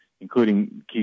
including